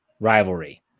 rivalry